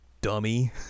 dummy